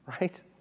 Right